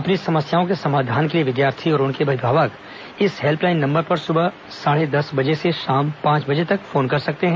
अपनी समस्याओं के समाधान के लिए विद्यार्थी और उनके अभिभावक इस हेल्पलाइन नंबर पर सुबह साढ़े दस से शाम पांच बजे तक फोन कर सकते हैं